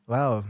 Wow